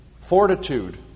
fortitude